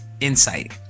insight